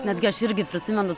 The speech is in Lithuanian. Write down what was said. netgi aš irgi prisimenu